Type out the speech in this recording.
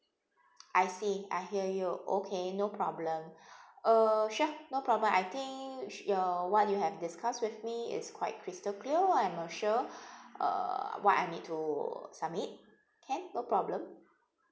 I see I hear you okay no problem uh sure no problem I think your what you have discuss with me is quite crystal clear well I'm assure uh what I need to submit can no problem